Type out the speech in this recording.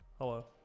hello